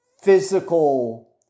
physical